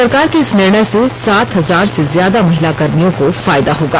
सरकार के इस निर्णय से सात हजार से ज्यादा महिला कर्मियों को फायदा होगा